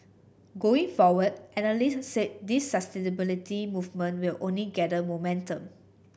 going forward analysts said this sustainability movement will only gather momentum